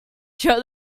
show